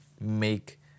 make